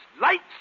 Lights